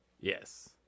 Yes